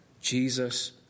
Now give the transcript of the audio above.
Jesus